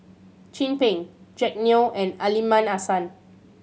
Chin Peng Jack Neo and Aliman Hassan